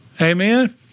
Amen